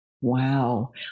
Wow